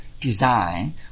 design